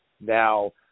Now